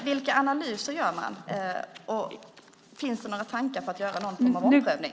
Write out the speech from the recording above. Vilka analyser gör man, och finns det några tankar på omprövning?